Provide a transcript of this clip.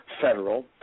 Federal